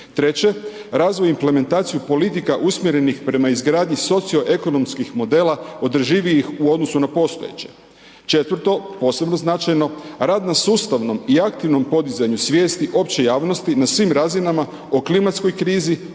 Treće, razvoj implementacije politika usmjerenih prema izgradnji socio-ekonomskih modela održivijih u odnosu na postojeće. Četvrto, posebno značajno, rad na sustavnom i aktivnom podizanju svijesti opće javnosti na svim razinama o klimatskoj krizi,